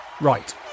right